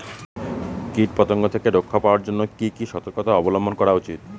কীটপতঙ্গ থেকে রক্ষা পাওয়ার জন্য কি কি সর্তকতা অবলম্বন করা উচিৎ?